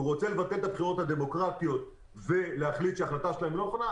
והוא רוצה לבטל את הבחירות הדמוקרטיות ולהחליט שההחלטה שלהם לא נכונה?